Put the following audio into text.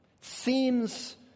Seems